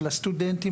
של הסטודנטים,